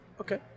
Okay